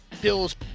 Bill's